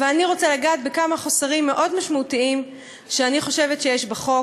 אבל אני רוצה לגעת בכמה חוסרים מאוד משמעותיים שאני חושבת שיש בחוק,